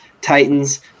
Titans